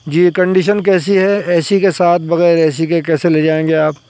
جی condition کیسی ہے A C کے ساتھ بغیر اے سی کے کیسے لے جائیں گے آپ